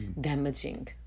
Damaging